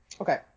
okay